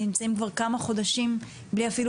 הם נמצאים כבר כמה חודשים בלי אפילו